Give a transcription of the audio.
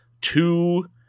two